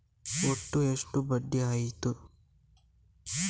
ಒಟ್ಟು ಎಷ್ಟು ಬಡ್ಡಿ ಆಯಿತು?